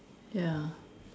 ya